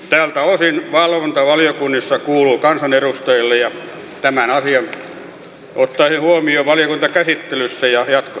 tältä osin valvonta valiokunnissa kuuluu kansanedustajille ja tämän asian ottaisin huomioon valiokuntakäsittelyssä ja jatkossakin